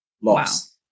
loss